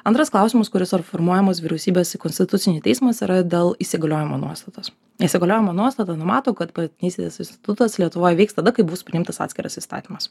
antras klausimas kuris ar formuojamos vyriausybės į konstitucinį teismas yra dėl įsigaliojimo nuostatos įsigaliojimo nuostata numato kad partnerystės institutas lietuvoj vyks tada kai bus priimtas atskiras įstatymas